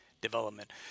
development